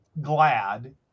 glad